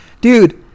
dude